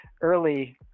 early